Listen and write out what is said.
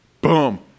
Boom